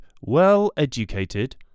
well-educated